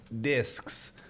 discs